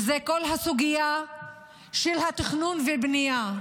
וזאת כל הסוגיה של תכנון ובנייה.